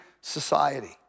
society